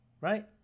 right